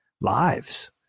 lives